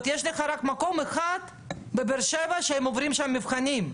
אחרים הכשירו ושחטו, הכל היה פנימי.